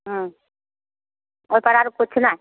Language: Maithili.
हूँ ओहिपर आरो किछु नहि